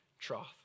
trough